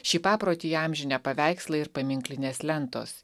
šį paprotį įamžinę paveikslai ir paminklinės lentos